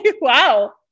Wow